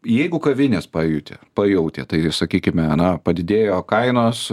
jeigu kavinės pajutę pajautė tai sakykime na padidėjo kainos